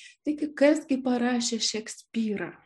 taigi kas gi parašė šekspyrą